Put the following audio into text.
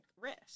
risk